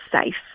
safe